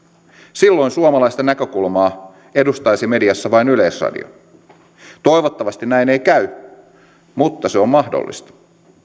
silloin suomalaista näkökulmaa edustaisi mediassa vain yleisradio toivottavasti näin ei käy mutta se on mahdollista